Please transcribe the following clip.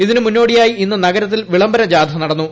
ഇതിന് മുന്നോടിയായി ഇന്ന് നഗരത്തിൽ വിളംബര ജാഥ നടന്നു